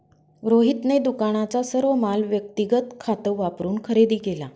रोहितने दुकानाचा सर्व माल व्यक्तिगत खात वापरून खरेदी केला